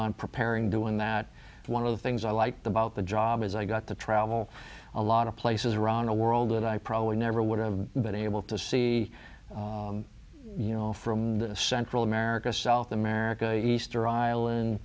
on preparing doing that one of the things i like about the job is i got to travel a lot of places around the world that i probably never would have been able to see you know from central america south america easter island